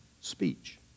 speech